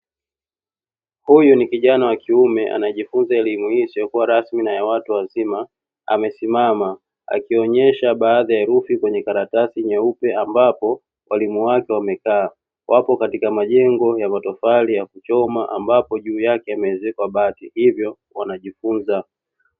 Huyu ni kijana wa kiume anajifunza elimu hii isiyokuwa rasmi na watu wazima amesimama akionyesha baadhi ya herufi kwenye karatasi nyeupe ambapo walimu wake wamekaa wapo katika majengo ya matofali ya kuchoma ambapo juu yake wameezekwa bati hivyo wanajifunza.